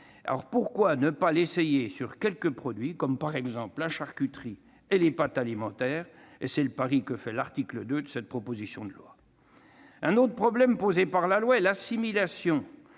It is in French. une telle expérimentation sur quelques produits comme la charcuterie ou les pâtes alimentaires ? C'est le pari que fait l'article 2 de cette proposition de loi. Un autre problème posé par la loi est l'assimilation